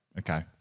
Okay